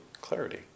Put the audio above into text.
clarity